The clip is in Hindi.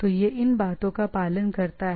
तो यह इन बातों का पालन करता है